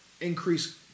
increase